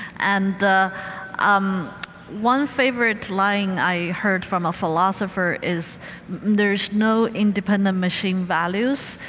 and um one favorite line i heard from a philosopher is there's no independent machine values.